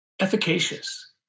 Efficacious